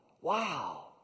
Wow